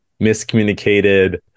miscommunicated